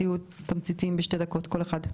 תהיו תמציתיים בשתי דקות כל אחד.